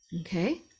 Okay